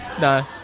No